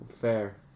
Fair